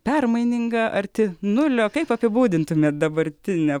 permaininga arti nulio kaip apibūdintumėte dabartinę